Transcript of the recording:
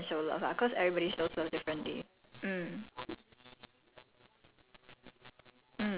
cannot compare like the way my mother show love to the way your parents show love ah cause everybody shows love differently